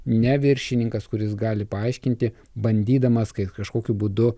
ne viršininkas kuris gali paaiškinti bandydamas kaip kažkokiu būdu